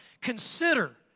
Consider